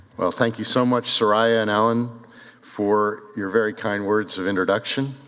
well thank you so much saraya and allyn for your very kind words of introduction